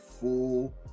full